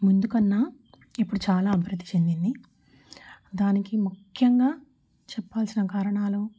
ముందుకన్నా ఇప్పుడు చాలా అభివృద్ధి చెందింది దానికి ముఖ్యంగా చెప్పవలసిన కారణాలు